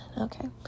okay